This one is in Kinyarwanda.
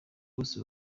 bose